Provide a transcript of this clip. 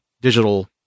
digital